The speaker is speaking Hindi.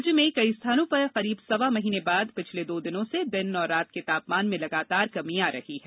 राज्य में कई स्थानों पर करीब सवा महीने बाद पिछले दो दिनों से दिन और रात का तापमान में लगातार कमी आ रही है